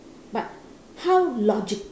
but how logi~